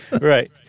Right